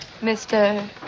Mr